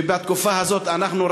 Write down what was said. ובתקופה הזאת אנחנו,